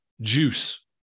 juice